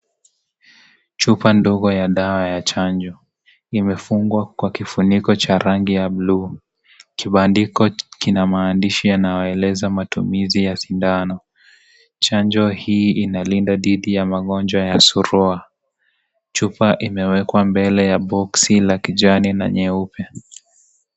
Chupa ndogo ya dawa ya chanjo imefungwa kwa kifuniko cha rangi ya buluu. Kibandiko kina maandishi yanayoeleza matumizi ya sindano. Chanjo hii inalinda dhidi ya magonjwa ya suluwa. Chupa imewekwa mbele ya boxi la kijani na nyeupe.